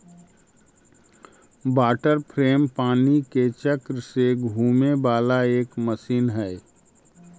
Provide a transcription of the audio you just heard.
water frame पानी के चक्र से घूमे वाला एक मशीन हई